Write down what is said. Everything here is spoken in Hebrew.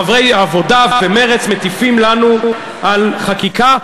חברי העבודה ומרצ מטיפים לנו על חקיקה,